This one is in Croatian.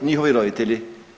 Njihovi roditelji.